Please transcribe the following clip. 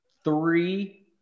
Three